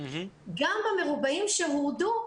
גם במרובעים שהורדו,